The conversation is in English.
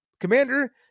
Commander